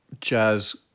jazz